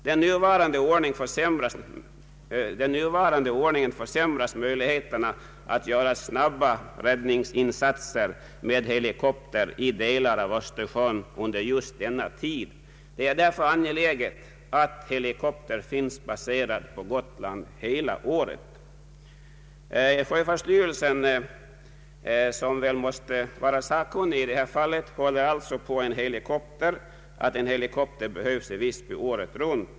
Med nuvarande ordning försämras möjligheterna att göra snabba räddningsinsatser med helikopter i delar av Östersjön under just denna tid. Det är därför angeläget att helikopter finns baserad på Gotland hela året.” Sjöfartsstyrelsen, som väl måste vara sakkunnig i det här fallet, håller alltså på att en helikopter behövs i Visby året runt.